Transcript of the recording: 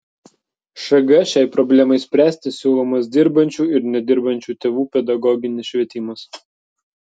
šg šiai problemai spręsti siūlomas dirbančių ir nedirbančių tėvų pedagoginis švietimas